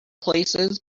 places